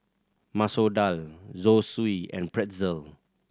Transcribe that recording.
Masoor Dal Zosui and Pretzel